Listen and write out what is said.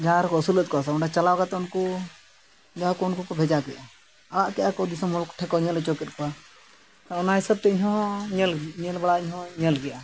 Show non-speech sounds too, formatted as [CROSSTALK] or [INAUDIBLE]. ᱡᱟᱦᱟᱸ ᱨᱮᱠᱚ ᱟᱹᱥᱩᱞᱮᱫ ᱠᱚᱣᱟ ᱚᱸᱰᱮ ᱪᱟᱞᱟᱣ ᱠᱟᱛᱮ ᱩᱱᱠᱩ ᱡᱟᱦᱟᱸ ᱠᱚ ᱩᱱᱠᱩ ᱠᱚ ᱵᱷᱮᱡᱟ ᱠᱮᱜᱼᱟ ᱟᱲᱟᱜ ᱠᱮᱫᱟ ᱠᱚ ᱫᱤᱥᱚᱢ ᱦᱚᱲ ᱠᱚ ᱴᱷᱮᱱ ᱠᱚ ᱧᱮᱞ ᱦᱚᱪᱚ ᱠᱮᱫ ᱠᱚᱣᱟ ᱚᱱᱟ ᱦᱤᱥᱟᱹᱵᱛᱮ ᱤᱧᱦᱚᱸ [UNINTELLIGIBLE] ᱧᱮᱞ ᱵᱟᱲᱟ ᱤᱧᱦᱚᱸ ᱧᱮᱞ ᱠᱮᱫᱟ